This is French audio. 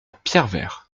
pierrevert